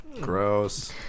Gross